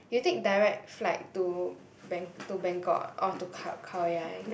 you take direct flight to Bang~ to Bangkok ah or to Khao~ Khao-Yai